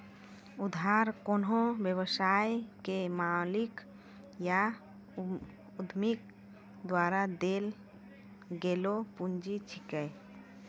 उधार कोन्हो व्यवसाय के मालिक या उद्यमी द्वारा देल गेलो पुंजी छिकै